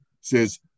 says